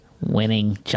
winning